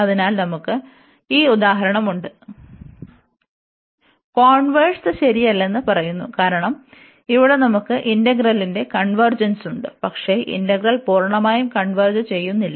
അതിനാൽ നമുക്ക് ഈ ഉദാഹരണം ഉണ്ട് കോൺവെർസ് ശരിയല്ലെന്ന് പറയുന്നു കാരണം ഇവിടെ നമുക്ക് ഇന്റഗ്രലിന്റെ കൺവെർജെൻസ് ഉണ്ട് പക്ഷേ ഇന്റഗ്രൽ പൂർണ്ണമായും കൺവെർജ് ചെയ്യുന്നില്ല